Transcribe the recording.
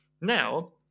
Now